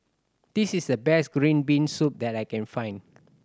this is the best green bean soup that I can find